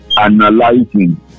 analyzing